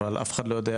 אבל אף אחד לא יודע,